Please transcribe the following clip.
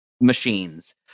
machines